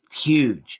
huge